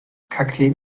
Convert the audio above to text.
kakteen